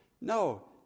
No